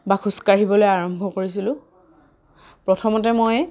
বা খোজকাঢ়িবলৈ আৰম্ভ কৰিছিলোঁ প্ৰথমতে মই